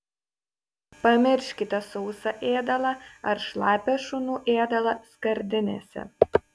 pamirškite sausą ėdalą ar šlapią šunų ėdalą skardinėse